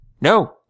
No